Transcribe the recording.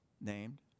named